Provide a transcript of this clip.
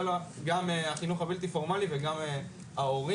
לה גם החינוך הבלתי פורמלי וגם ההורים.